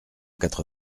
quatre